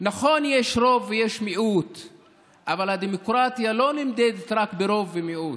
כל אלה קורים בגלל הממשלות שהיו כאן בעשר השנים